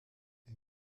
est